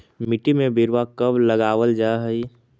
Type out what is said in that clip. मिट्टी में बिरवा कब लगावल जा हई?